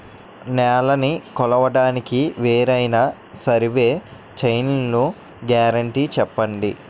నేలనీ కొలవడానికి వేరైన సర్వే చైన్లు గ్యారంటీ చెప్పండి?